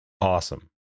awesome